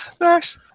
Nice